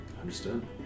Understood